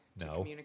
No